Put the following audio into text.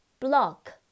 Block